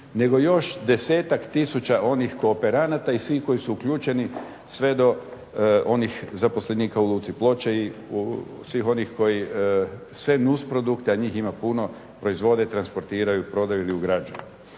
nego još desetak tisuća onih kooperanata i svih koji su uključeni sve do onih zaposlenika u Luci Ploče i svih onih koji sve nusprodukte, a njih ima puno, proizvode, transportiraju, prodaju ili ugrađuju.